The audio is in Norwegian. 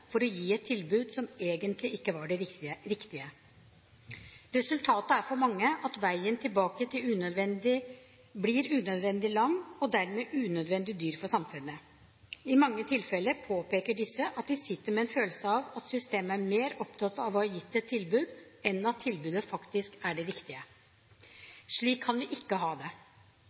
for å gi et tilbud som egentlig ikke var det riktige. Resultatet for mange er at veien tilbake blir unødvendig lang og dermed unødvendig dyr for samfunnet. I mange tilfeller påpeker disse at de sitter med en følelse av at systemet er mer opptatt av å ha gitt et tilbud enn av at tilbudet faktisk er det riktige. Slik kan vi ikke ha det.